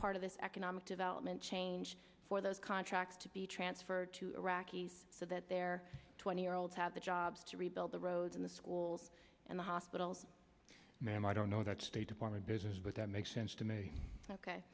part of this economic development change for those contracts to be transferred to iraqis so that their twenty year olds have the jobs to rebuild the roads in the schools and the hospitals ma'am i don't know that state for my business but that makes sense to me ok